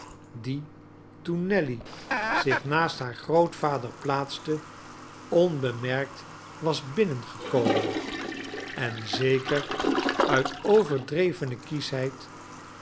die toen nelly zich naast haar grootvader plaatste onbemerkt was binnengekomen en zeker uit overdrevene kieschheid